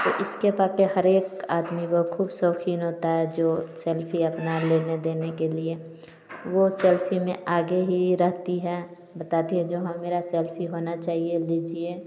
जिसके पके हर एक आदमी वो खुद शौकीन होता है जो सेल्फी अपना लेने देने के लिए वो सेल्फी में आगे ही रहती है बताती है जो हम मेरा सेल्फी होना चाहिए लीजिए